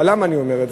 למה אני אומר את זה?